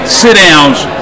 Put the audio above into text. sit-downs